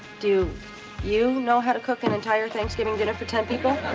do you know how to cook an entire thanksgiving dinner for ten people?